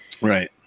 Right